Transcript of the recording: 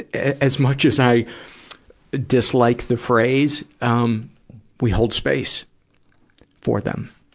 as much as i dislike the phrase, um we hold space for them.